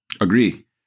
Agree